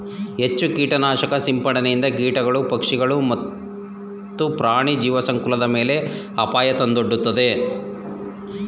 ಹೆಚ್ಚು ಕೀಟನಾಶಕ ಸಿಂಪಡಣೆಯಿಂದ ಕೀಟಗಳು, ಪಕ್ಷಿಗಳು, ಪ್ರಾಣಿ ಮತ್ತು ಜೀವಸಂಕುಲದ ಮೇಲೆ ಅಪಾಯ ತಂದೊಡ್ಡುತ್ತದೆ